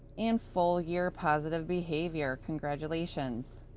and full year positive behavior. congratulations.